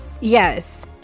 yes